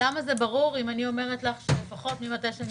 למה זה ברור אם אני אומרת לך שלפחות ממתי שאני